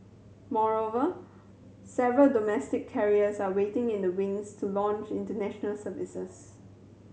moreover several domestic carriers are waiting in the wings to launch international services